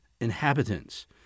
inhabitants